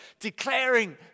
Declaring